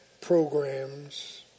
programs